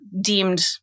deemed